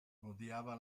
odiava